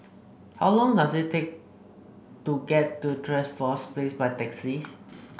how long does it take to get to Trevose Place by taxi